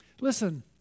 Listen